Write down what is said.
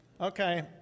Okay